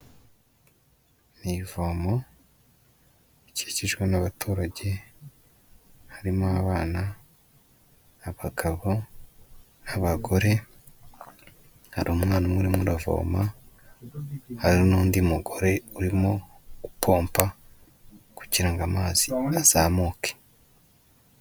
Ni ivomo rikikijwe n'abaturage, harimo abana, abagabo n'abagore, hari umwana umwe urimo uravoma, hari n'undi mugore urimo gupompa kugira ngo amazi azamuke.